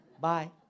Bye